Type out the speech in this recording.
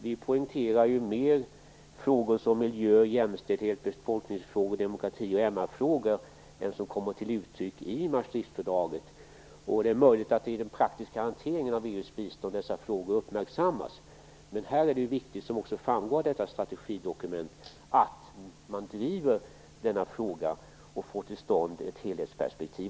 Vi poängterar mera miljö-, jämställdhet-, befolknings-, demokrati och MR frågor än vad som kommer till uttryck i Maastrichtfördraget. Det är möjligt att dessa frågor uppmärksammas i den praktiska hanteringen av EU:s bistånd. Men här är det viktigt, vilket också framgår av detta strategidokument, att man driver denna fråga och får till stånd ett helhetsperspektiv.